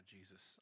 Jesus